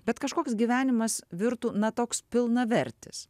bet kažkoks gyvenimas virtų na toks pilnavertis